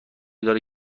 داره